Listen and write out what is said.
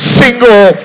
single